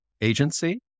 agency